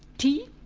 tea,